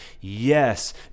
Yes